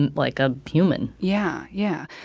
and like a human yeah, yeah.